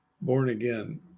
born-again